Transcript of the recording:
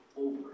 over